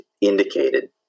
indicated